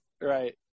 right